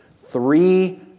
Three